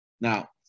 Now